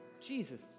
Jesus